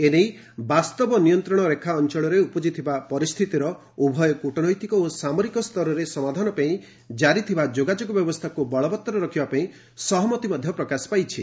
ଏ ନେଇ ବାସ୍ତବ ନିୟନ୍ତ୍ରଣରେଖା ଅଞ୍ଚଳରେ ଉପୁଜିଥିବା ପରିସ୍ଥିତିର ଉଭୟ କୁଟନୈତିକ ଓ ସାମରିକ ସ୍ତରରେ ସମାଧାନ ପାଇଁ କାରି ଥିବା ଯୋଗାଯୋଗ ବ୍ୟବସ୍ଥାକୁ ବଳବତ୍ତର ରଖିବା ପାଇଁ ସହମତି ପ୍ରକାଶ ପାଇଛି